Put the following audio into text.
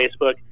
Facebook